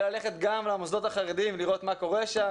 ללכת גם למוסדות החרדיים ולראות מה קורה שם,